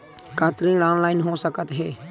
का ऋण ऑनलाइन हो सकत हे?